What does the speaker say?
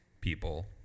people